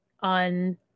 on